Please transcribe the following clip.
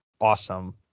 awesome